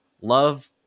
love